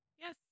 Yes